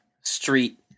street